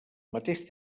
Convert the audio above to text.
mateix